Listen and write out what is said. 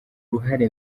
ruhare